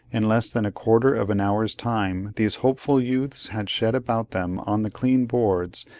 in less than a quarter of an hour's time, these hopeful youths had shed about them on the clean boards,